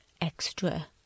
extra